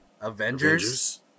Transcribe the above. Avengers